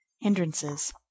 hindrances